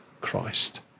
Christ